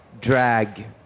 drag